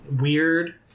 weird